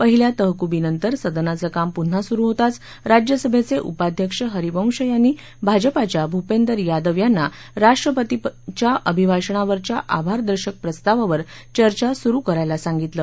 पहिल्या तहकुबीनंतर सदनाचं काम पुन्हा सुरु होताच राज्यसभेचे उपाध्यक्ष हरविंश यांनी भाजपाच्या भूपेंदर यादव यांना राष्ट्रपतींच्या अभिभाषणावरच्या आभारदर्शक प्रस्तावावर चर्चा सुरु करायला सांगितलं